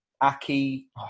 Aki